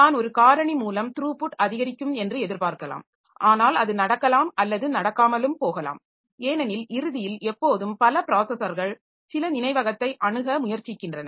நான் ஒரு காரணி மூலம் த்ரூபுட் அதிகரிக்கும் என்று எதிர்பார்க்கலாம் ஆனால் அது நடக்கலாம் அல்லது நடக்காமலும் போகலாம் ஏனெனில் இறுதியில் எப்போதும் பல ப்ராஸஸர்கள் சில நினைவகத்தை அணுக முயற்சிக்கின்றன